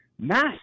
mass